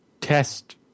test